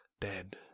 dead